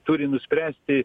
turi nuspręsti